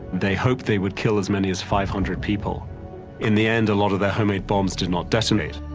they hoped they would kill as many as five hundred people in the end, a lot of that homemade bombs did not detonate.